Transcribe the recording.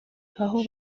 aho